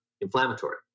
inflammatory